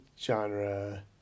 genre